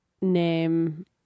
name